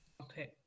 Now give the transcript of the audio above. Okay